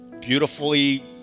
beautifully